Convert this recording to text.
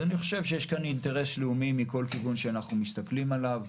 אז אני חושב שיש כאן אינטרס לאומי מכל כיוון שאנחנו מסתכלים עליו.